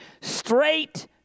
straight